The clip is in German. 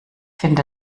finde